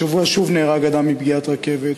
השבוע שוב נהרג אדם מפגיעת רכבת.